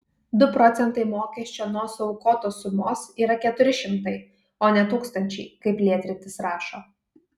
du procentai mokesčio nuo suaukotos sumos yra keturi šimtai o ne tūkstančiai kaip lietrytis rašo